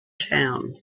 town